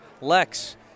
Lex